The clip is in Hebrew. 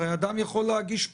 הרי אדם יכול להגיש פתק.